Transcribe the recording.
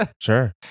Sure